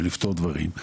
ולפתור דברים,